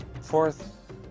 Fourth